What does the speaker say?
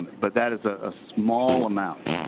but that is a ah small amount.